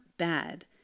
bad